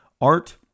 Art